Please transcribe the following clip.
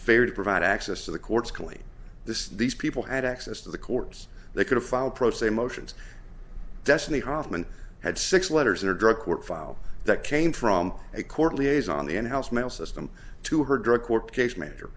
affair to provide access to the courts complete this these people had access to the courts they could have found pro se motions destiny hoffman had six letters or drug court file that came from a court liaison the in house mail system to her drug court case manager